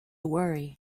worry